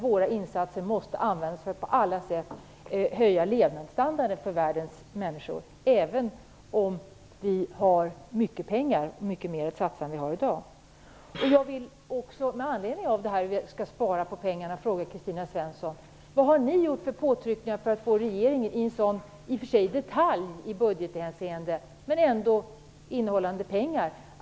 Våra insatser måste användas för att på alla sätt höja levnadsstandarden för världens folk, även om vi har mycket mera pengar att satsa än vad vi har i dag. SIDA. Det är förvisso en detalj i budgethänseende, men det gäller ändå pengar.